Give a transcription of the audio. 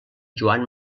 joan